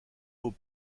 aux